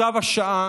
צו השעה